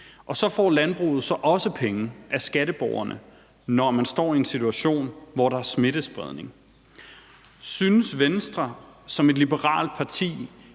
Og så får landbruget så også penge af skatteborgerne, når man står i en situation, hvor der smittespredning. Synes Venstre som et liberalt parti